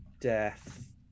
Death